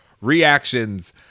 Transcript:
reactions